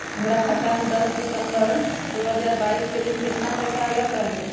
हमरा खाता में दस सितंबर दो हजार बाईस के दिन केतना पैसा अयलक रहे?